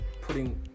putting